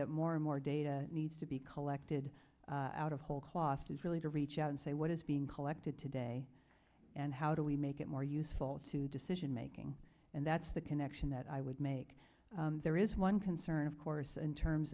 that more and more data needs to be collected out of whole cloth is really to reach out and say what is being collected today and how do we make it more useful to decision making and that's the connection that i would make there is one concern of course in terms